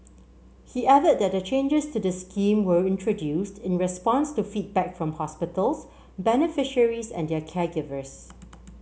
he added that the changes to the scheme were introduced in response to feedback from hospitals beneficiaries and their caregivers